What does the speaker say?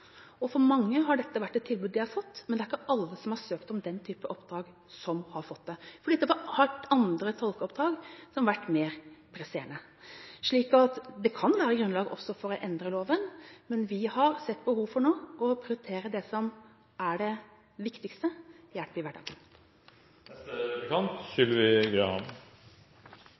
døgnet. For mange har dette vært et tilbud man har fått, men det er ikke alle som har søkt om den type oppdrag, som har fått det, fordi det har vært andre tolkeoppdrag som har vært mer presserende. Så det kan være grunnlag også for å endre loven, men vi har sett behov for nå å prioritere det som er det viktigste, nemlig hjelp i hverdagen.